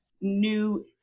new